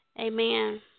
Amen